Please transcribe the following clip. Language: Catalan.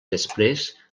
després